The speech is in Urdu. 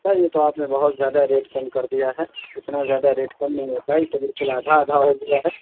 سر یہ تو آپ نے بہت زیادہ ریٹ کم کر دیا ہے اتنا زیادہ ریٹ کم نہیں ہوتا ہے یہ تو بالکل آدھا آدھا ہو گیا ہے